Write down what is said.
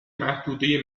محدوده